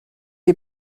est